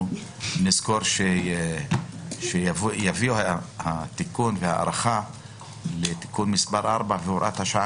נזכור שכאשר יביאו את ההארכה והתיקון לתיקון מספר 4 והוראת השעה,